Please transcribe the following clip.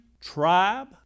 tribe